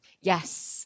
Yes